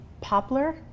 poplar